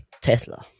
Tesla